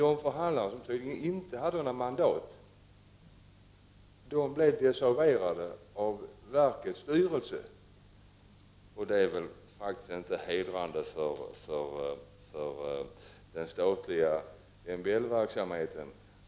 De förhandlare som tydligen inte hade något mandat blev desavouerade av verkets styrelse, och det är inget hedrande för den statliga MBL-verksamheten.